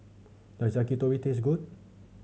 does Yakitori taste good